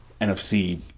NFC